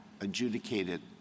adjudicated